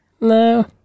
No